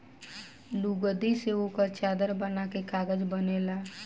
लुगदी से ओकर चादर बना के कागज बनेला